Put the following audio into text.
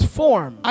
form